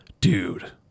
dude